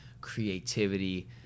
creativity